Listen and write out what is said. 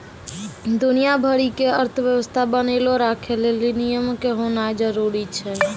दुनिया भरि के अर्थव्यवस्था बनैलो राखै लेली नियमो के होनाए जरुरी छै